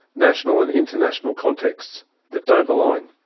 national and international contexts that don't align.